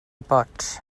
pots